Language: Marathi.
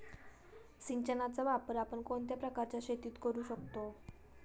सिंचनाचा वापर आपण कोणत्या प्रकारच्या शेतीत करू शकतो?